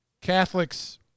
Catholics